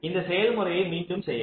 இந்த செயல்முறையை மீண்டும் செய்யவும்